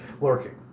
lurking